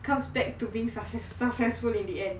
comes back to being success successful in the end